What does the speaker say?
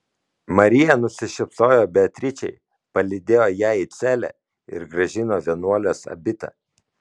marija nusišypsojo beatričei palydėjo ją į celę ir grąžino vienuolės abitą